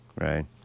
Right